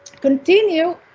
continue